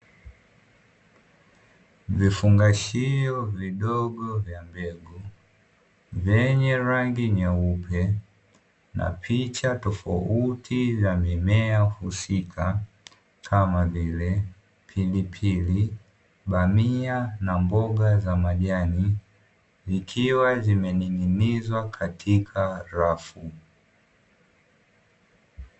Vifungashio vidogo vya mbegu, vyenye rangi nyeupe na picha tofauti ya mimea husika kama vile pilipili, bamia na mboga za majani, zikiwa zmening'inizwa katika rafu.